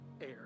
air